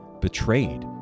betrayed